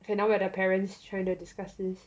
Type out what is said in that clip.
okay now we are the parents trying to discuss this